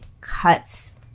cuts